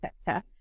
sector